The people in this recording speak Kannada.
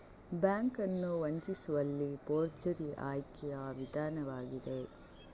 ಬ್ಯಾಂಕ್ ಅನ್ನು ವಂಚಿಸುವಲ್ಲಿ ಫೋರ್ಜರಿ ಆಯ್ಕೆಯ ವಿಧಾನವಾಗಿದೆ